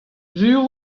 sur